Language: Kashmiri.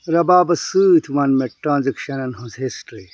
رَبابس سۭتۍ وَن مےٚ ٹرانزیکشنَن ہٕنٛز ہسٹری